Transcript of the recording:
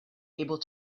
able